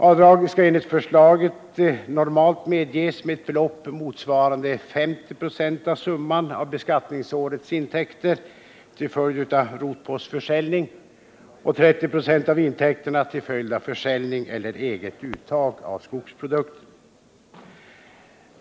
Avdragen skall enligt förslaget normalt medges med belopp motsvarande 50 96 av summan av beskattningsårets intäkter till följd av rotpostförsäljning och 30 96 av intäkterna till följd av försäljning och eget uttag av skogsprodukter.